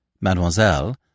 Mademoiselle